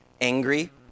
angry